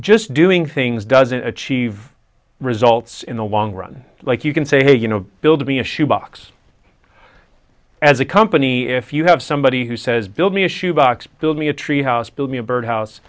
just doing things doesn't achieve results in the long run like you can say hey you know build me a shoe box as a company if you have somebody who says build me a shoe box build me a tree house build me a birdhouse